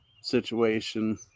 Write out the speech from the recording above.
situation